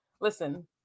listen